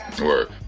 work